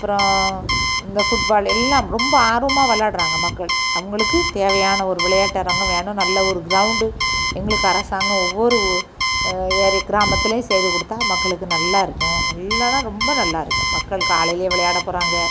அப்பறம் இந்த ஃபுட்பால் எல்லாம் ரொம்ப ஆர்வமாக விளாட்றாங்க மக்கள் அவங்களுக்கு தேவையான ஒரு விளையாட்டு அரங்கம் வேணும் நல்ல ஒரு கிரவுண்டு எங்களுக்கு அரசாங்கம் ஒவ்வொரு ஏரி கிராமத்துலேயும் செய்து கொடுத்தா மக்களுக்கு நல்லா இருக்கும் நல்லான்னா ரொம்ப நல்லா இருக்கும் மக்கள் காலைலேயே விளையாட போகிறாங்க